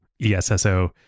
ESSO